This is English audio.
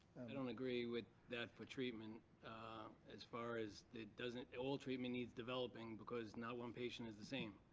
i don't agree with that for treatment as far as it doesn't. all treatment needs developing, because not one patient is the same.